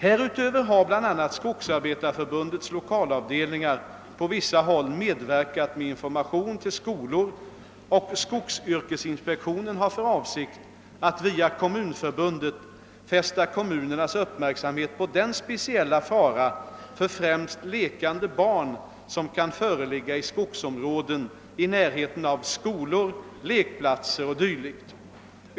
Härutöver har bl.a. Skogsarbetareförbundets lokalavdelningar på vissa håll medverkat med information till skolor, och skogsyrkesinspektionen har för avsikt att via kommunförbundet fästa kommunernas uppmärksamhet på den speciella fara för främst lekande barn som kan föreligga i skogsområden i närheten av skolor, lekplatser o. d.